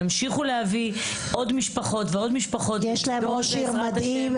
ימשיכו להביא עוד משפחות ועוד משפחות -- יש להם ראש עיר מדהים,